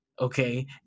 okay